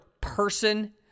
person